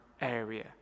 area